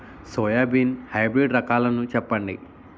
Soybean hybrid రకాలను చెప్పండి?